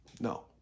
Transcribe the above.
No